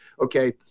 okay